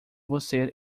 você